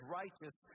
righteous